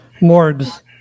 morgues